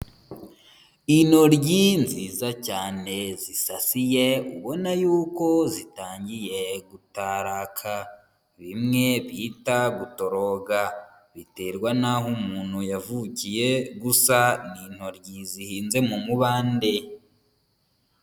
Intoryi nziza cyane zisasiye ubona yuko zitangiye gutaraka, bimwe bita gutoroga, biterwa n'aho umuntu yavukiye, gusa ni intoryi zihinze mu mubande.